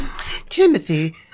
Timothy